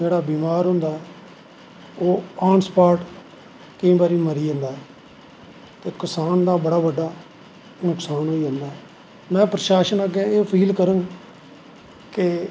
जेह्ड़ी बमार होंदा ऐ ओह् आनस्पाट केंई बारी मरी जंदा ऐ ते किसान दा बड़ा बड्डा नुकसान होई जंदा ऐ में प्रसासन अग्गैं एह् अपील करंग के